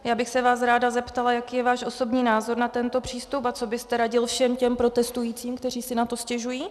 Já bych se vás ráda zeptala, jaký je váš osobní názor na tento přístup a co byste radil všem těm protestujícím, kteří si na to stěžují.